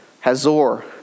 Hazor